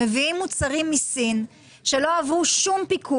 בסעיף 36(2), בסעיף 28א, במקום "מסרב"